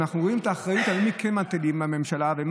אנחנו רואים על מי כן מטילים את האחריות בממשלה.